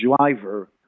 driver